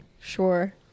Sure